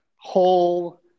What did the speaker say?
whole